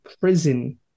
prison